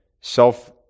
self